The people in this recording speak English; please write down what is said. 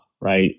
right